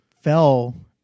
fell